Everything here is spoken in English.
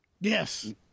yes